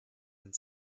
and